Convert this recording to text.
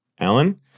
Alan